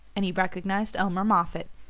and he recognized elmer moffatt,